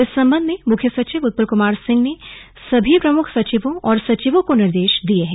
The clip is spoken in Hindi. इस संबंध में मुख्य सचिव उत्पल कुमार सिंह ने सभी प्रमुख सचिवों और सचिवों को निर्देश दिये हैं